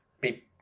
beep